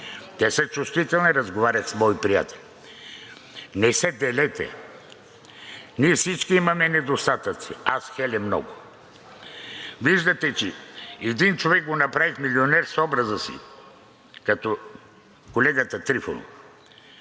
те са чувствителни, разговарях с мои приятели. Не се делете. Ние всички имаме недостатъци, аз хеле – много. Виждате, че един човек го направих милионер с образа си, като колегата Трифонов.